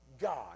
God